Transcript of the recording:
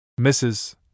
Mrs